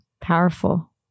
powerful